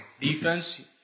defense